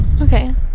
Okay